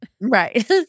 Right